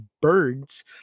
birds